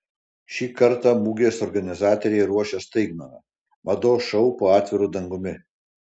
šį kartą mugės organizatoriai ruošia staigmeną mados šou po atviru dangumi